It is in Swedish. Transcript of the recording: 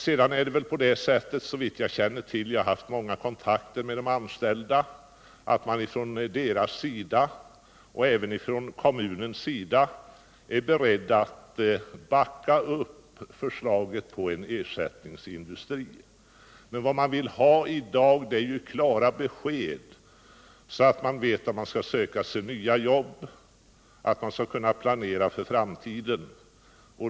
Sedan är det, såvitt jag känner till, på det sättet — jag har haft många kontakter med de anställda — att man från de anställdas sida och även från kommunens sida är beredd att backa upp förslaget om en ersättningsindustri. Men vad man vill ha i dag är ju klara besked, så att man vet om man skall söka sig nya jobb, så att man kan plancra för framtiden.